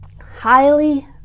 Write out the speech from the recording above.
Highly